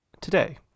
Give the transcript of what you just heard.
Today